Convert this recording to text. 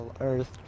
earth